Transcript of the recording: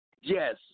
Yes